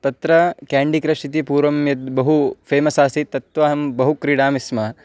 तत्र candy crush इति पूर्वं यद् बहु फ़ेमस् आसीत् तत्तु अहं बहु क्रीडामि स्म